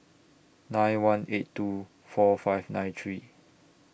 nine one eight two four five nine three